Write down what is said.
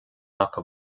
acu